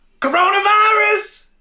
coronavirus